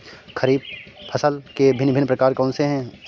खरीब फसल के भिन भिन प्रकार कौन से हैं?